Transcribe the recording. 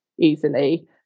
easily